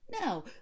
Now